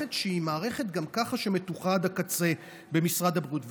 למערכת שהיא גם ככה מתוחה עד הקצה במשרד הבריאות.